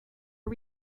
are